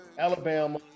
Alabama